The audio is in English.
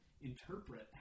interpret